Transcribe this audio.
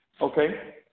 Okay